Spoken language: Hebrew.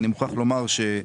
יש פה